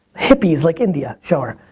hippies like india, show her.